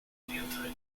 technological